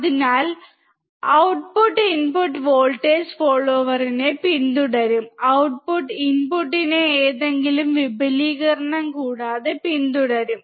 അതിനാൽ output input voltage ഫോളോവറിനെ പിന്തുടരും ഔട്ട്പുട്ട് ഇൻപുട്ടിനെ ഏതെങ്കിലും വിപുലീകരണം കൂടാതെ പിന്തുടരും